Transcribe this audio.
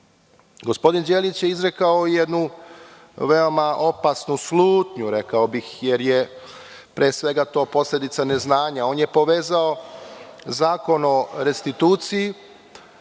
Srbije. Gospodin Đelić je izrekao i jednu veoma opasnu, rekao bih, slutnju jer je pre svega to posledica neznanja. On je povezao Zakon o restituciji